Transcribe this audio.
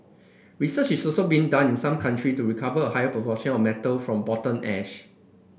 research is also being done in some country to recover a higher proportion of metal from bottom ash